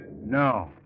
No